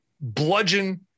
bludgeon